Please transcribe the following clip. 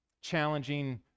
challenging